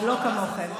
לא כמוכם.